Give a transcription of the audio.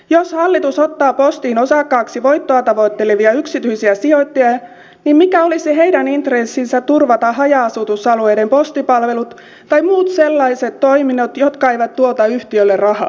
jos hallitus ottaa postiin osakkaiksi voittoa tavoittelevia yksityisiä sijoittajia niin mikä olisi heidän intressinsä turvata haja asutusalueiden postipalvelut tai muut sellaiset toiminnot jotka eivät tuota yhtiölle rahaa